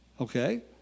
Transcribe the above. okay